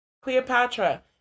Cleopatra